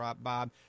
Bob